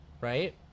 right